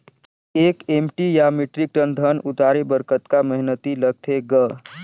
एक एम.टी या metric ton धन उतारे बर कतका मेहनती लगथे ग?